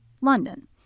London